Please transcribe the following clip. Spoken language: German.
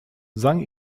sang